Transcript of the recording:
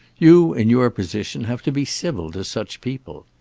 you, in your position, have to be civil to such people.